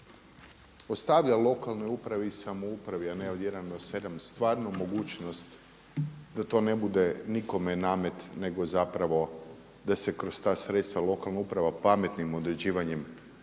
ostavlja lokalnoj upravi i samoupravi, a ne od 1 do 7 stvarno mogućnost da ne bude nikome namet nego zapravo da se kroz ta sredstva pametnim određivanjem